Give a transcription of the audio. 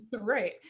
Right